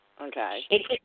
Okay